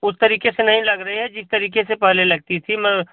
उस तरीक़े से नहीं लग रही है जिस तरीक़े से पहले लगती थी म